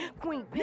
Queen